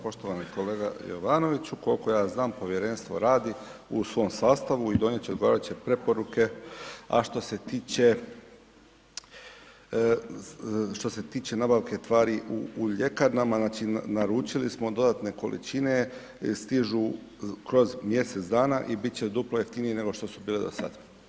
Poštovani kolega Jovanoviću, koliko ja znam, povjerenstvo radi u svom sastavu i donijeti će odgovarajuće preporuke, a što se tiče nabavke tvari u ljekarnama, znači, naručili smo dodatne količine, stižu kroz mjesec dana i bit će duplo jeftinije, nego što su bile do sad.